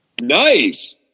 Nice